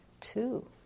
two